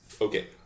Okay